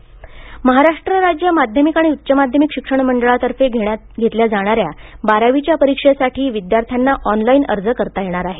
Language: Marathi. बारावी परीक्षा महाराष्ट्र राज्य माध्यमिक आणि उच्च माध्यमिक शिक्षण मंडळातर्फे घेतल्या जाणाऱ्या बारावीच्या परीक्षेसाठी विद्यार्थ्यांना ऑनलाइन अर्ज करता येणार आहे